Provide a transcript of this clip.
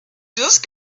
just